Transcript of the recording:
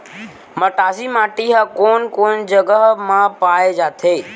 मटासी माटी हा कोन कोन जगह मा पाये जाथे?